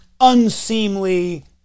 unseemly